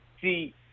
See